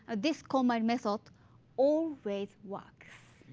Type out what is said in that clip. ah this konmari method always works.